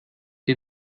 ihr